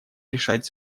решать